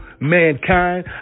mankind